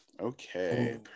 Okay